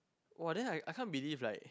[wah] then I I can't believe like